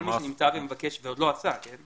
כל מי שנמצא ומבקש ועוד לא עשה, כן?